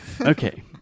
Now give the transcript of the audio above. Okay